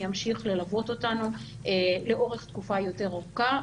ימשיך ללוות אותנו לאורך תקופה יותר ארוכה.